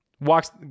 walks